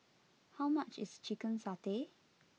how much is Chicken Satay